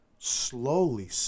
Slowly